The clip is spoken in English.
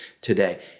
today